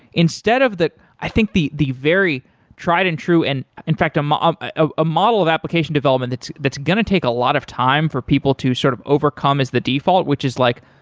instead of that, i think the the very tried and true, and in fact, um um ah a model of application development that's that's going to take a lot of time for people to sort of overcome as the default, which is like,